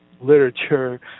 literature